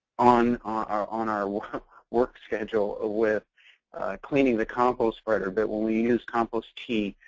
on our on our work schedule ah with cleaning the compost spreader. but when we use compost tea,